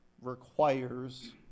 requires